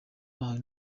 bahawe